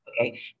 Okay